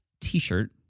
t-shirt